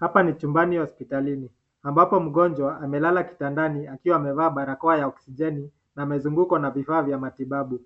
Hapa ni chumbani hospitalini ambapo mgonjwa amelala kitandani akiwa amevaa barakoa ya oxygeni na amezungukwa na vifaa vya matibabu.